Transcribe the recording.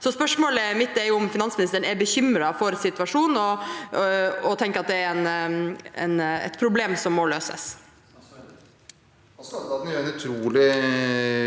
Så spørsmålet mitt er om finansministeren er bekymret for situasjonen og tenker at det er et problem som må løses.